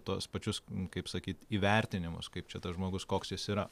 tuos pačius kaip sakyt įvertinimus kaip čia tas žmogus koks jis yra